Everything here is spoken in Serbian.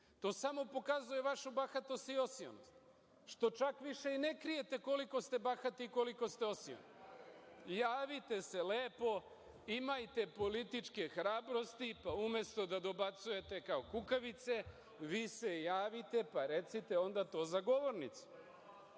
To samo pokazuje vašu bahatost i osionost, što čak više i ne krijete koliko ste bahati i koliko ste osioni. Javite se lepo, imajte političke hrabrosti, pa umesto da dobacujete kao kukavice, vi se javite, pa recite onda to za govornicom. Onda